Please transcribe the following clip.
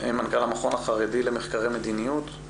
מנכ"ל המכון החרדי למחקרי מדיניות.